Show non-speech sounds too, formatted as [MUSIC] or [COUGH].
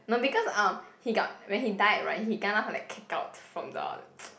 no because um he got when he died right he kena like kick out from the [NOISE]